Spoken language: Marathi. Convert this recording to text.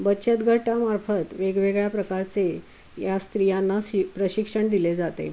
बचत गटामार्फत वेगवेगळ्या प्रकारचे या स्त्रियांना सि प्रशिक्षण दिले जाते